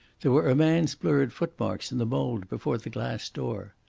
there were a man's blurred footmarks in the mould before the glass door.